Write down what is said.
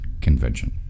convention